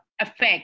effect